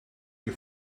you